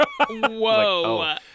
Whoa